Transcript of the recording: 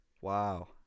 Wow